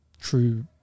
true